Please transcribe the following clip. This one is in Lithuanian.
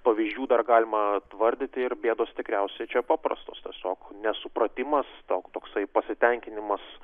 pavyzdžių dar galima vardyti ir bėdos tikriausiai čia paprastos tiesiog nesupratimas gal toksai pasitenkinimas